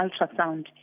ultrasound